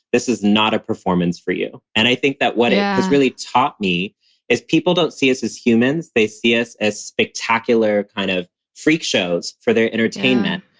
this is not a performance for you. and i think that what it has really taught me is people don't see us as humans. they see us as spectacular kind of freak shows for their entertainment.